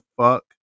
fuck